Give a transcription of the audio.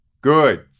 good